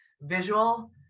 visual